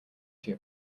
two